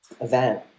event